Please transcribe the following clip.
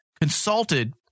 consulted